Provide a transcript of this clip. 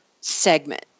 segment